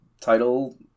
title